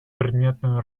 предметную